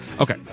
Okay